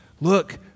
Look